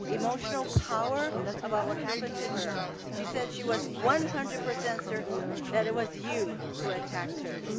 emotional power about what happened to her. she said she was one hundred percent certain that it was you who attacked her.